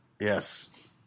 Yes